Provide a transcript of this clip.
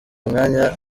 mwanya